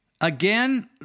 Again